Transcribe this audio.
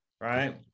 Right